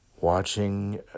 watching